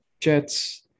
Jets